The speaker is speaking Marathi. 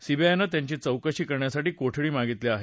सीबीआयनं त्यांची चौकशी करण्या साठी कोठडी मागितली आहे